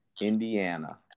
Indiana